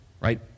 right